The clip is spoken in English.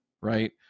right